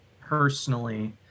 personally